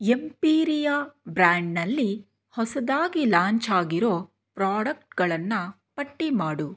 Imperia ಬ್ರ್ಯಾಂಡ್ನಲ್ಲಿ ಹೊಸದಾಗಿ ಲಾಂಚಾಗಿರೊ ಪ್ರೋಡಕ್ಟ್ಗಳನ್ನು ಪಟ್ಟಿಮಾಡು